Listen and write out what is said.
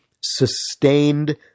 sustained